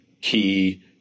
key